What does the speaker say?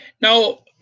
Now